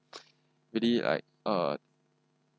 really like uh